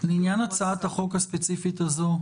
מה עמדתכם לעניין הצעת החוק הספציפית הזאת?